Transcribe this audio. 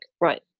Right